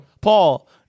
Paul